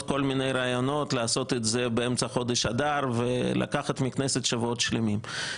כל מיני רעיונות לעשות את זה באמצע חודש אדר ולקחת מהכנסת שבועות שלמים.